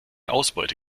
ausbeute